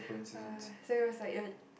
!wah! so it was like your